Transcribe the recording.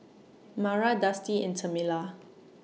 Mara Dusty and Tamela